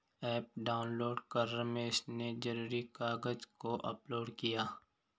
app download कर रमेश ने ज़रूरी कागज़ को अपलोड किया